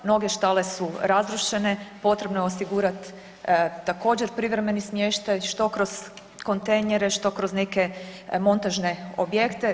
Mnoge štale su razrušene, potrebno je osigurati također privremeni smještaj što kroz kontejnere, što kroz neke montažne objekte.